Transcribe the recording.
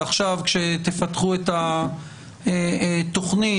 ועכשיו כשתפתחו את התכנית,